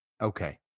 Okay